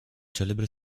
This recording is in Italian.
celebre